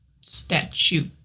statue